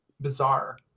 bizarre